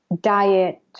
diet